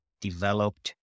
developed